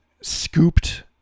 scooped